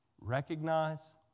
recognize